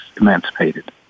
emancipated